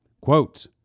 Quote